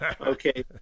Okay